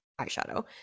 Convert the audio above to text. eyeshadow